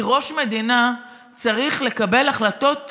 כי ראש מדינה צריך לקבל החלטות קשות,